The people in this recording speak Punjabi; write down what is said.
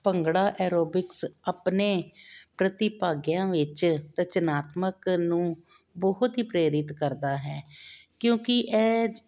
ਭੰਗੜਾ ਐਰੋਬਿਕਸ ਆਪਣੇ ਪ੍ਰਤੀਭਾਗੀਆਂ ਵਿੱਚ ਰਚਨਾਤਮਕ ਨੂੰ ਬਹੁਤ ਹੀ ਪ੍ਰੇਰਿਤ ਕਰਦਾ ਹੈ ਕਿਉਂਕਿ ਇਹ